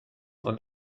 und